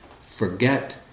forget